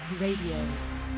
Radio